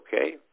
okay